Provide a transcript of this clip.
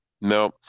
No